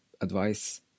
advice